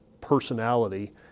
personality